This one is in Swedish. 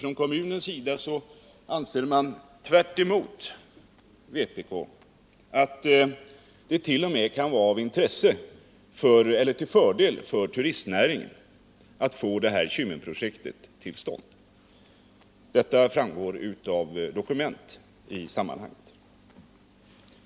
Från kommunens sida anser man, tvärtemot vpk, att det t.o.m. kan vara till fördel för turistnäringen att få Kymmenprojektet till stånd. Detta framgår av dokument i sammanhanget.